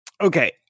Okay